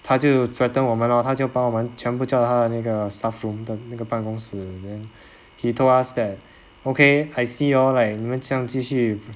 他就 threatened 我们 lor 他就把我们全部叫到他的那个 staff room 的那个办公室 then he told us that okay I see all like 你们这样继续